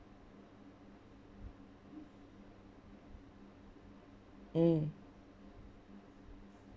mm